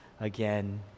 again